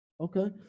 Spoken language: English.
Okay